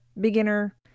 Beginner